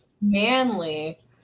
manly